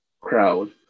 crowd